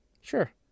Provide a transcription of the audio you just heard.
Sure